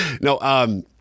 No